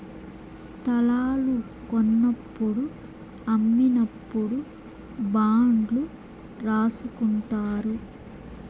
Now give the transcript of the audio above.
స్తలాలు కొన్నప్పుడు అమ్మినప్పుడు బాండ్లు రాసుకుంటారు